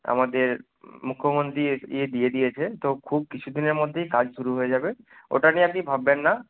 আমাদের মুখ্যমন্ত্রী ইয়ে দিয়ে দিয়েছে তো খুব কিছু দিনের মধ্যেই কাজ শুরু হয়ে যাবে ওটা নিয়ে আপনি ভাববেন না